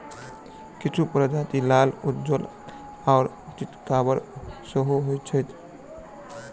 किछु प्रजाति लाल, उज्जर आ चितकाबर सेहो होइत छैक